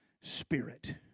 Spirit